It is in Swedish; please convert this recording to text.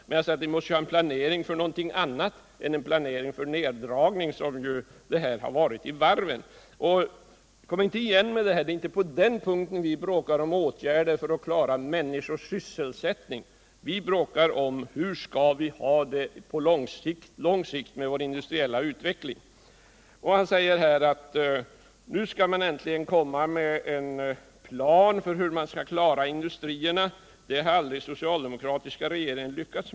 men vi måste ha planering för någonting annat än en neddragning, vilket blivit fallet i fråga om varven. Kom inte igen med detta, för det är inte på den punkten vi bråkar om åtgärder för att klara människors sysselsättning. Vi bråkar om hur vi skall ha det på lång sikt med vår industriella utveckling. Sven Andersson sade vidare att man nu äntligen kom med en plan för hur industrierna skall kunna klaras det lyckades inte den socialdemokratiska regeringen med.